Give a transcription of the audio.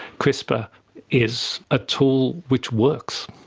crispr is a tool which works.